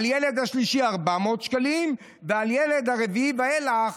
על הילד השלישי יקבלו 400 שקלים ועל הילד הרביעי ואילך,